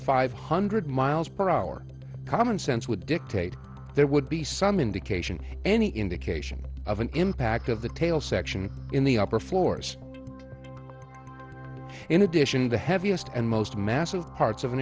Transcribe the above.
five hundred mph common sense would dictate there would be some indication any indication of an impact of the tail section in the upper floors in addition the heaviest and most massive parts of an